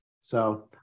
So-